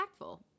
impactful